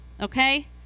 okay